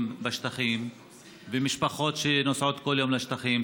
בשטחים ומשפחות שנוסעות כל יום לשטחים,